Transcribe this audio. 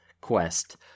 quest